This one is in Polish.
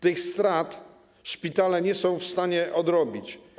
Tych strat szpitale nie są w stanie odrobić.